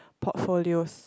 portfolios